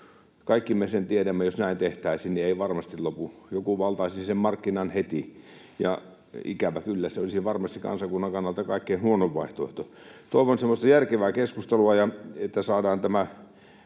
Kaikki me sen tiedämme, että jos näin tehtäisiin, niin ei varmasti loppuisi. Joku valtaisi sen markkinan heti, ja ikävä kyllä se olisi varmasti kansakunnan kannalta kaikkein huonoin vaihtoehto. Toivon semmoista järkevää keskustelua, että saadaan tämä